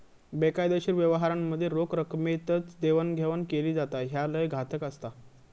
बेकायदेशीर व्यवहारांमध्ये रोख रकमेतच देवाणघेवाण केली जाता, ह्या लय घातक असता